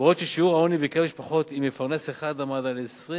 ואילו שיעור העוני בקרב משפחות עם מפרנס אחד היה 25.6%,